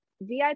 VIP